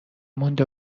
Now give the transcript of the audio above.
مونده